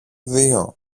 δυο